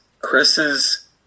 Chris's